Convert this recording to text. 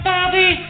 Bobby